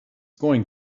going